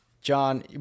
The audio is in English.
John